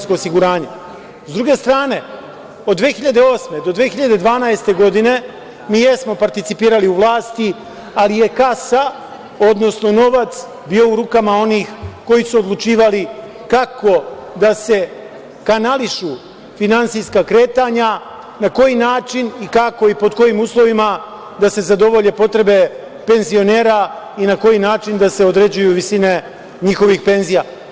Sa druge strane, od 2008. do 2012. godine mi jesmo participirali u vlasti, ali je kasa, odnosno novac bio u rukama onih koji su odlučivali kako da se kanališu finansijska kretanja, na koji način i kako i pod kojim uslovima da se zadovolje potrebe penzionera i na koji način da se određuju visine njihovih penzija.